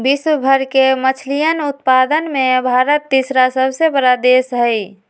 विश्व भर के मछलयन उत्पादन में भारत तीसरा सबसे बड़ा देश हई